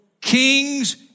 kings